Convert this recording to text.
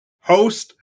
host